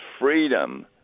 freedom